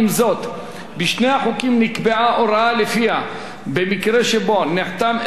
בשני החוקים נקבעה הוראה שלפיה במקרה שבו נחתם הסכם מימון,